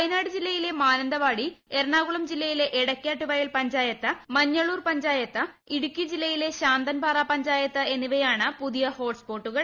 വയനാട് ജില്ലയിലെ മാനന്തവാടി എറണാകുളം ജില്ലയിലെ എടക്കാട്ടുവയൽ പഞ്ചായത്ത് മഞ്ഞള്ളൂർ പഞ്ചായത്ത് ഇടുക്കി ജില്ലയിലെ ശാന്തൻപാറ പഞ്ചായത്ത് എന്നിവയാണ് പുതിയ ഹോട്ട് സ്പോട്ടുകൾ